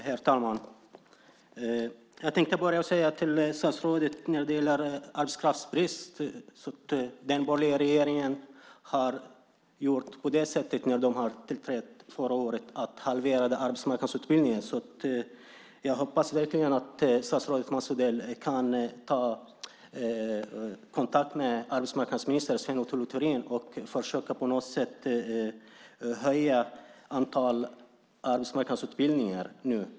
Herr talman! Jag tänkte börja med att säga till statsrådet när det gäller arbetskraftsbrist att den borgerliga regeringen gjorde på det sättet när den tillträdde förra året att den halverade arbetsmarknadsutbildningen. Jag hoppas verkligen att statsrådet Mats Odell kan ta kontakt med arbetsmarknadsminister Sven Otto Littorin och på något sätt försöka höja antalet arbetsmarknadsutbildningar nu.